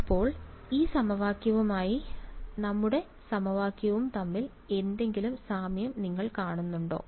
അപ്പോൾ ഈ സമവാക്യവും നമ്മുടെ സമവാക്യവും തമ്മിൽ എന്തെങ്കിലും സാമ്യം നിങ്ങൾ കാണുന്നുണ്ടോ